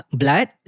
blood